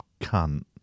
cunt